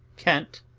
kent,